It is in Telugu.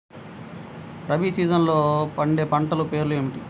రబీ సీజన్లో పండే పంటల పేర్లు ఏమిటి?